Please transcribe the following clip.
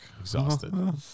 exhausted